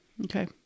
Okay